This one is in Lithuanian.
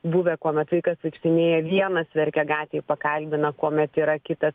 buvę kuomet vaikas vaikštinėja vienas verkia gatvėj pakalbina kuomet yra kitas